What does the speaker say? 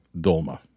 Dolma